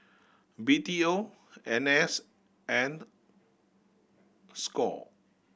B T O N S and score